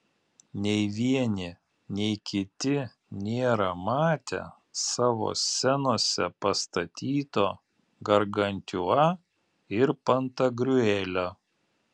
nei vieni nei kiti nėra matę savo scenose pastatyto gargantiua ir pantagriuelio